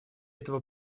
этого